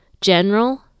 General